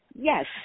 Yes